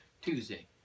Tuesday